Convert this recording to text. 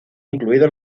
incluido